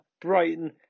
Brighton